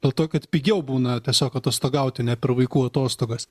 dėl to kad pigiau būna tiesiog atostogauti ne per vaikų atostogas